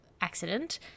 accident